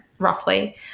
roughly